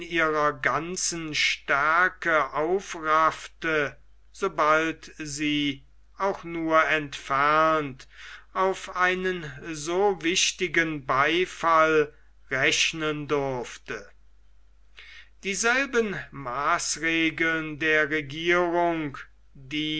ihrer ganzen stärke aufraffte sobald sie auch nur entfernt auf einen so wichtigen beifall rechnen durfte dieselben maßregeln der regierung die